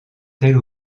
telle